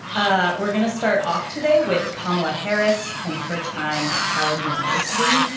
ah we're gonna start off today with kamala harris and her time at howard university.